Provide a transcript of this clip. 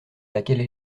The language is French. laquelle